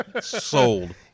Sold